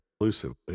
inclusively